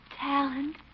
talent